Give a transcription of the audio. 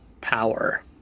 power